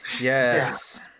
Yes